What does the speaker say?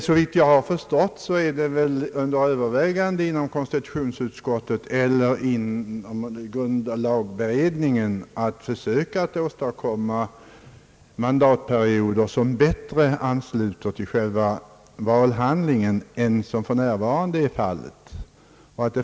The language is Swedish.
Såvitt jag har förstått övervägs inom grundlagberedningen att försöka åstadkomma mandatperioder som bättre ansluter till själva valhandlingen än som för närvarande är fallet.